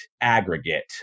aggregate